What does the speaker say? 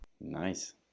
Nice